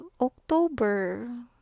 October